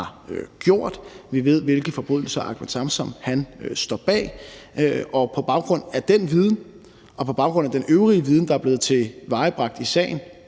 gjort. Vi ved, hvilke forbrydelser Ahmed Samsam står bag. Og på baggrund af den viden og på baggrund af den øvrige viden, der er blevet tilvejebragt i sagen